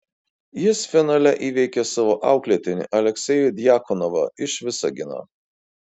jis finale įveikė savo auklėtinį aleksejų djakonovą iš visagino